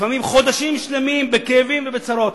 לפעמים חודשים שלמים בכאבים ובצרות.